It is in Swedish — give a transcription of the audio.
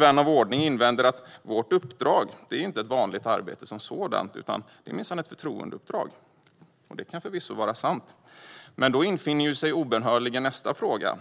Vän av ordning kanske invänder att vårt uppdrag inte är ett vanligt arbete, utan det är minsann ett förtroendeuppdrag. Det kan förvisso vara sant, men då infinner sig obönhörligen nästa fråga.